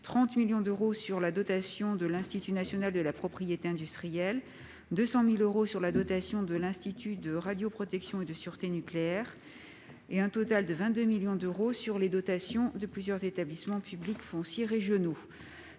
30 millions d'euros sur la dotation de l'Institut national de la propriété industrielle ; 200 000 euros sur la dotation de l'Institut de radioprotection et de sûreté nucléaire ; et un total de 22 millions d'euros sur les dotations de plusieurs établissements publics fonciers régionaux.